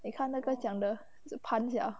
你看那个奖的是盘 sia